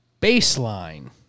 baseline